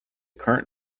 current